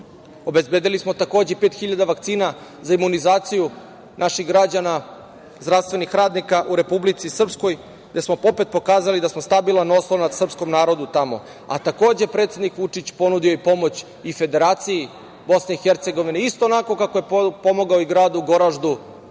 Prištini. Obezbedili smo takođe pet hiljada vakcina za imunizaciju naših građana, zdravstvenih radnika u Republici Srpskoj, gde smo opet pokazali da smo stabilan oslonac srpskom narodu tamo. Takođe, predsednik Vučić ponudio je i pomoć i Federaciji Bosne i Hercegovine, isto onako kako je pomogao i Gradu Goraždu